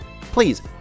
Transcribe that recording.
please